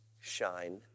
Shine